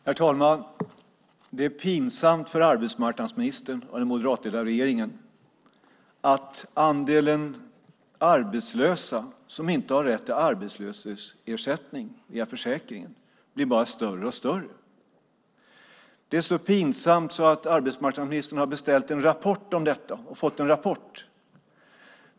Herr talman! Det är pinsamt för arbetsmarknadsministern och den moderatledda regeringen att andelen arbetslösa som inte har rätt till arbetslöshetsersättning via försäkringen blir bara större och större. Det är så pinsamt att arbetsmarknadsministern har beställt och fått en rapport om detta.